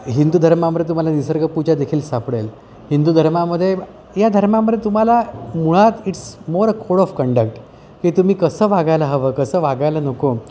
हिंदू धर्मामध्ये तुम्हाला निसर्गपूजा देखील सापडेल हिंदू धर्मामध्ये या धर्मामध्ये तुम्हाला मुळात it's more a code of conduct की तुम्ही कसं वागायला हवं कसं वागायला नको